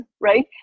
right